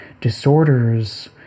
disorders